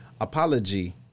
apology